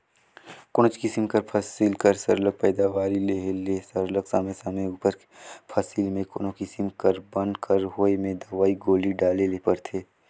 कोनोच किसिम कर फसिल कर सरलग पएदावारी लेहे ले सरलग समे समे उपर फसिल में कोनो किसिम कर बन कर होए में दवई गोली डाले ले परथे